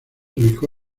ubicó